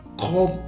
come